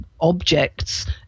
objects